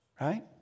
right